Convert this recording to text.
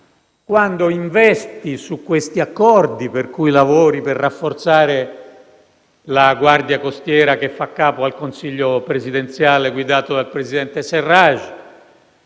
nell'investire su questi accordi e nel lavorare per rafforzare la guardia costiera, che fa capo al Consiglio presidenziale guidato dal presidente Serraj,